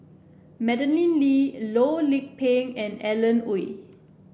Madeleine Lee Loh Lik Peng and Alan Oei